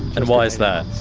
and why is that?